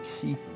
keep